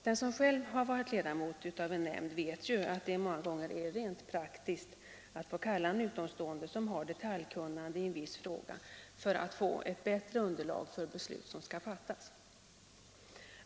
Den som själv varit ledamot av en nämnd vet att det många gånger är praktiskt att kalla en utomstående som har detaljkunnande i en viss fråga för att få ett bättre underlag för beslut som skall fattas.